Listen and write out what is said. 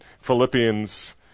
Philippians